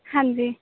ਹਾਂਜੀ